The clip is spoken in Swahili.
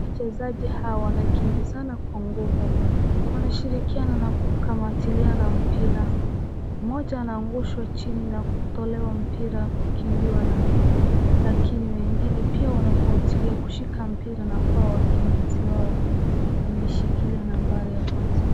Wachezaji hawa wanakimbizana kwa nguvu. Wanashirikiana na kukamatiliana mpira. Mmoja anaangushwa chini na kutolewa mpira kukimbiwa nao lakini wengine pia wanafuatilia kushika mpira na kuwa wakimbizi wao wameishikilia nambari ya kwanza